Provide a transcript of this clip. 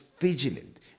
vigilant